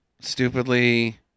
stupidly